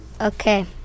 Okay